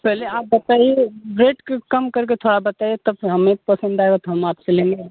पहले आप बताइए रेट कम करके थोड़ा बताइए तब हमें पसंद आएगा तो हम आपसे लेंगे